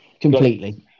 completely